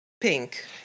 pink